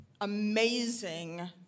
amazing